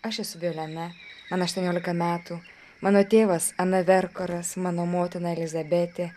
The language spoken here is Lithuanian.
aš esu violena man aštuoniolika metų mano tėvas ana verkoras mano motina elizabetė